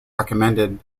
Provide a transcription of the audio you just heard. recommended